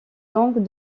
donc